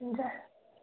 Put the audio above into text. हुन्छ